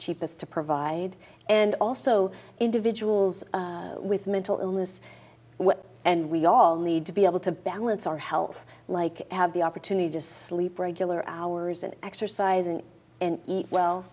cheapest to provide and also individuals with mental illness what and we all need to be able to balance our health like have the opportunity just sleep regular hours and exercising and eat well